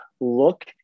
look